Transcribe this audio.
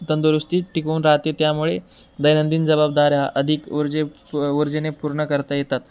तंदुरुस्ती टिकवून राहते त्यामुळे दैनंदिन जवाबदाऱ्या अधिक ऊर्जे प ऊर्जेने पूर्ण करता येतात